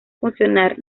funcionar